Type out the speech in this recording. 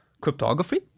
cryptography